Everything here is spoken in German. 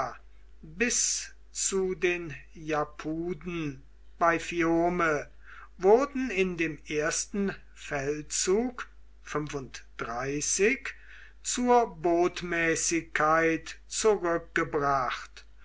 bis zu den japuden bei fiume wurden in dem ersten feldzug zur botmäßigkeit zurückgebracht